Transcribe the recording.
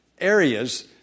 areas